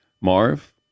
Marv